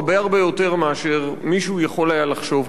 יותר מאשר מישהו יכול היה לחשוב מראש.